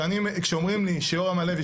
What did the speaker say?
כשאומרים לי שיורם הלוי,